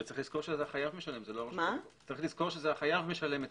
יש לזכור שהחייב משלם את